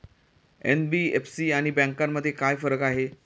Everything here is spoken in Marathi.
एन.बी.एफ.सी आणि बँकांमध्ये काय फरक आहे?